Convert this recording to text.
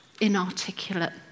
inarticulate